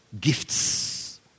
gifts